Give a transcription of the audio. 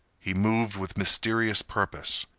he moved with mysterious purpose,